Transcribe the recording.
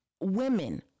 women